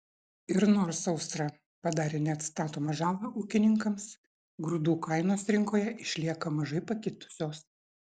ir nors sausra padarė neatstatomą žalą ūkininkams grūdų kainos rinkoje išlieka mažai pakitusios